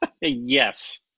Yes